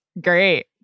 Great